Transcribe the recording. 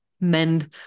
mend